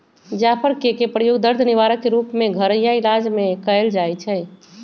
जाफर कें के प्रयोग दर्द निवारक के रूप में घरइया इलाज में कएल जाइ छइ